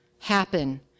happen